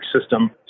system